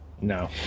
No